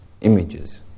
images